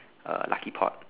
err lucky pot